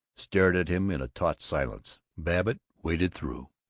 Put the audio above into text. stared at him in a taut silence. babbitt waited through.